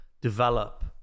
develop